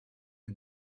que